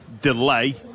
delay